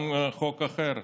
גם חוק אחר,